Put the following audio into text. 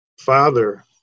father